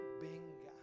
venga